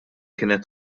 kienet